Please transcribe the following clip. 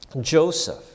Joseph